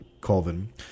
Colvin